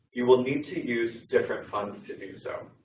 you will need to use different funds to do so.